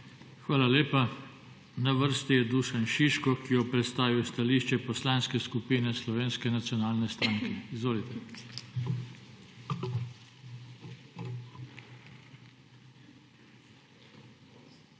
Hvala lepa. Na vrsti je Dušan Šiško, ki bo predstavil stališče Poslanske skupine Slovenske nacionalne stranke. Izvolite. DUŠAN ŠIŠKO